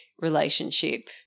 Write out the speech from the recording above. relationship